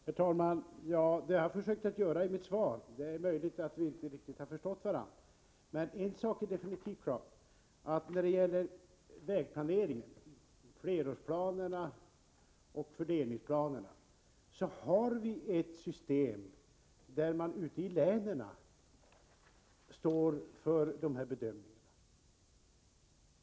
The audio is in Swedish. Herr talman! Jag har försökt kommentera frågan i mitt svar — det är möjligt att vi inte riktigt har förstått varandra. En sak är emellertid absolut klar: När det gäller flerårsplaner och fördelningsplaner inom vägplaneringen har vi ett sådant system att man ute i länen står för bedömningarna.